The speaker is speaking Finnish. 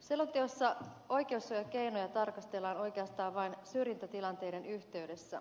selonteossa oikeussuojakeinoja tarkastellaan oikeastaan vain syrjintätilanteiden yhteydessä